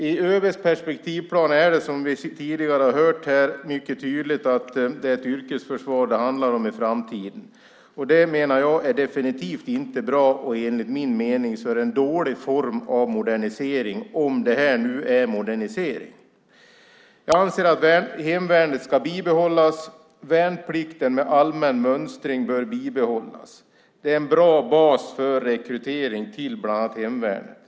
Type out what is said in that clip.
Som vi tidigare hört framgår det mycket tydligt av ÖB:s perspektivplan att det i framtiden handlar om ett yrkesförsvar. Jag menar att det definitivt inte är bra. Det är enligt min mening en dålig form av modernisering - om det nu är fråga om modernisering. Jag anser att hemvärnet ska bibehållas. Likaså bör värnplikten med allmän mönstring bibehållas. Det är en bra bas för rekrytering till bland annat hemvärnet.